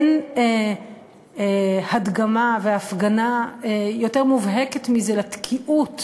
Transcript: אין הדגמה והפגנה יותר מובהקת מזה לתקיעות